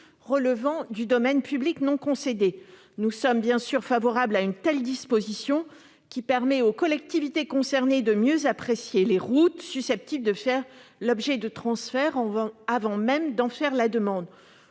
relevant du domaine public non concédé. Nous sommes favorables à une telle disposition, qui permet aux collectivités concernées de mieux apprécier les routes susceptibles de faire l'objet d'un transfert, avant même d'en faire la demande.